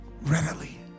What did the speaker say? readily